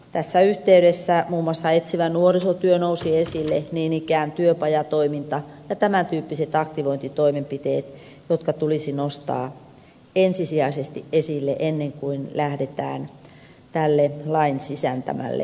tässä yhteydessä muun muassa etsivä nuorisotyö nousi esille niin ikään työpajatoiminta ja tämän tyyppiset aktivointitoimenpiteet jotka tulisi nostaa ensisijaisesti esille ennen kuin lähdetään tälle lain sisältämälle toimenpidelinjastolle